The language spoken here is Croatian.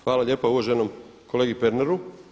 Hvala lijepa uvaženom kolegi Pernaru.